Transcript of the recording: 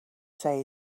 say